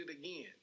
again